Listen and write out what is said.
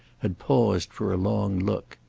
had paused for a long look.